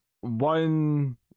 One